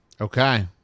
Okay